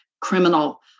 criminal